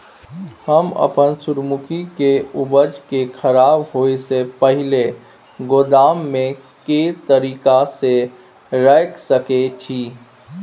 हम अपन सूर्यमुखी के उपज के खराब होयसे पहिले गोदाम में के तरीका से रयख सके छी?